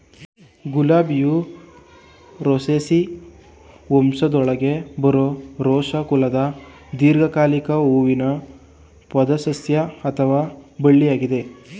ಗುಲಾಬಿಯು ರೋಸೇಸಿ ವಂಶದೊಳಗೆ ಬರೋ ರೋಸಾ ಕುಲದ ದೀರ್ಘಕಾಲಿಕ ಹೂವಿನ ಪೊದೆಸಸ್ಯ ಅಥವಾ ಬಳ್ಳಿಯಾಗಯ್ತೆ